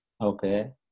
Okay